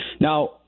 Now